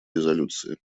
резолюции